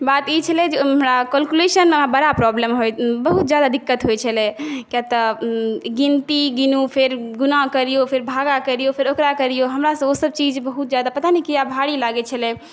बात ई छलै जे ओहिमे हमरा कैलकुलेशनमे बड़ा प्रॉब्लेम बहुत ज्यादा दिक्कत होइत छलै कियातऽ गिनती गिनु फेर गुणा करिऔ फेर भगा करिऔ हमरासँ ओ सभ चीज बहुत ज्यादा पता नहि किआ भाड़ी लागै छलै